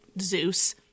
Zeus